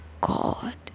god